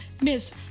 Miss